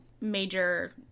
major